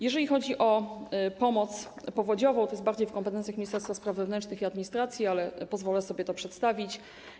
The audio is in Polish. Jeżeli chodzi o pomoc powodziową, to leży ona bardziej w kompetencjach Ministerstwa Spraw Wewnętrznych i Administracji, ale pozwolę sobie to przedstawić.